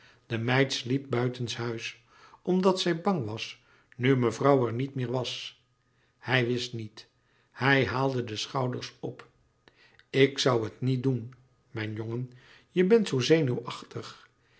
de meid sliep buitenshuis omdat zij bang was nu mevrouw er niet meer was hij wist niet en haalde de schouders op ik zoû het niet doen mijn jongen je bent zoo zenuwachtig